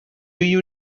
you